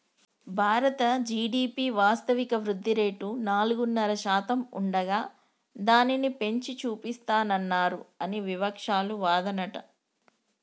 భారత జి.డి.పి వాస్తవిక వృద్ధిరేటు నాలుగున్నర శాతం ఉండగా దానిని పెంచి చూపిస్తానన్నారు అని వివక్షాలు వాదనట